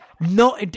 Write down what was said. no